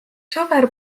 sõber